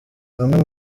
bamwe